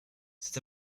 cet